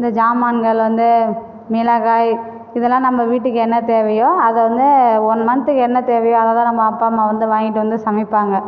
இந்த ஜாமான்கள் வந்து மிளகாய் இதெல்லாம் நம்ம வீட்டுக்கு என்ன தேவையோ அதை வந்து ஒன் மந்த்துக்கு என்ன தேவையோ அதை தான் நம்ம அப்பா அம்மா வந்து வாங்கிட்டு வந்து சமைப்பாங்கள்